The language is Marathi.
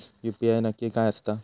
यू.पी.आय नक्की काय आसता?